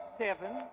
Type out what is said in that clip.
seven